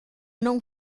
não